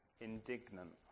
indignant